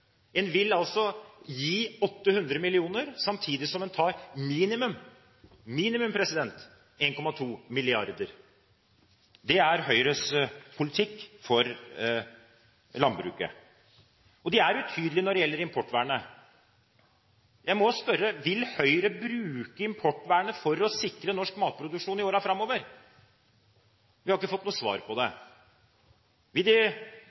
En vil altså gi 800 mill. kr samtidig som en tar minimum 1,2 mrd. kr. Det er Høyres politikk for landbruket. Høyre er utydelig når det gjelder importvernet. Jeg må spørre: Vil Høyre bruke importvernet for å sikre norsk matproduksjon i årene framover? Vi har ikke fått noe svar på det.